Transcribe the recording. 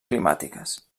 climàtiques